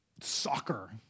soccer